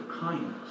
kindness